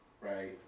right